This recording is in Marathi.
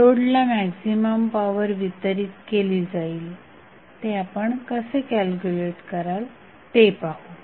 लोडला मॅक्झिमम पॉवर वितरित केली जाईल ते आपण कसे कॅल्क्युलेट कराल ते पाहू